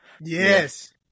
Yes